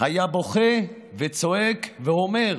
היה בוכה וצועק ואומר: